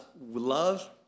love